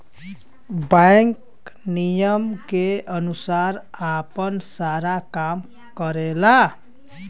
bank नियम के अनुसार आपन सारा काम करला